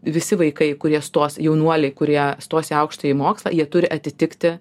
visi vaikai kurie stos jaunuoliai kurie stos į aukštąjį mokslą jie turi atitikti